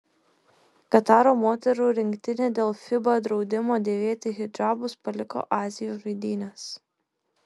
kataro moterų rinktinė dėl fiba draudimo dėvėti hidžabus paliko azijos žaidynes